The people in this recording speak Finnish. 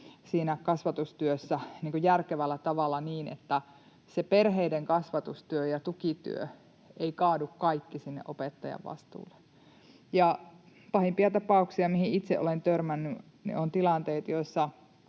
kasvatustyössä järkevällä tavalla niin, että se perheiden kasvatustyö ja tukityö ei kaadu kaikki sinne opettajan vastuulle. Pahimpia tapauksia, mihin itse olen törmännyt, ovat tilanteet, joissa